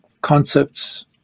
concepts